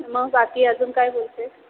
मग बाकी अजून काय बोलतेस